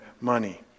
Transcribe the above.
money